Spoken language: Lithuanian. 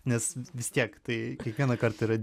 nes vis tiek tai kiekvienąkart yra